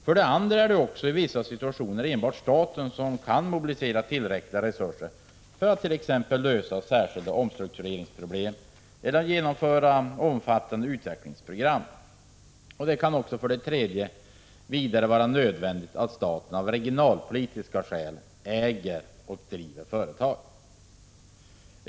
För det andra är det enbart staten som i vissa situationer kan mobilisera tillräckliga resurser för att lösa t.ex. särskilda omstruktureringsproblem eller genomföra omfattande utvecklingsprogram. För det tredje kan det vara nödvändigt att staten av regionalpolitiska skäl äger företag.